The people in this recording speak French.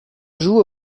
joue